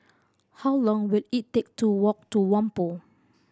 how long will it take to walk to Whampoa